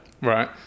Right